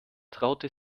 traute